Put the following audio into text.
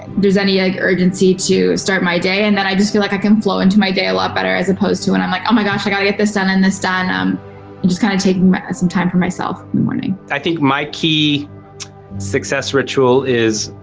there's any like urgency to start my day, and then i just feel like i can flow into my day a lot better as opposed when i'm like, oh my gosh, i got to get this done, and this done. i'm just kind of taking some time for myself in the morning. i think my key success ritual is,